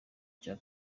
cya